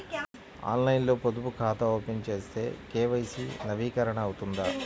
ఆన్లైన్లో పొదుపు ఖాతా ఓపెన్ చేస్తే కే.వై.సి నవీకరణ అవుతుందా?